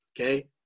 Okay